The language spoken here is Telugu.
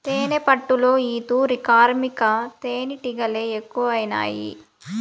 తేనెపట్టులో ఈ తూరి కార్మిక తేనీటిగలె ఎక్కువైనాయి